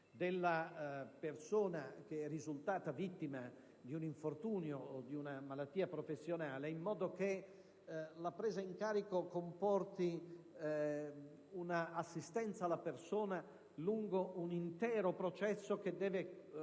della persona che è risultata vittima di un infortunio o di una malattia professionale. Ciò, per fare sì che la presa in carico comporti un'assistenza alla persona lungo un intero processo, che deve realizzarsi